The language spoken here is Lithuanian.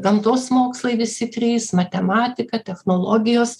gamtos mokslai visi trys matematika technologijos